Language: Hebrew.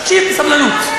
תקשיב בסבלנות.